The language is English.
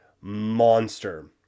monster